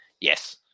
Yes